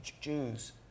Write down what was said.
Jews